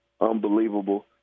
unbelievable